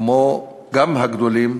כמו גם הגדולים,